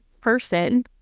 person